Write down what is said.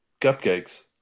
cupcakes